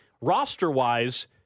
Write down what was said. Roster-wise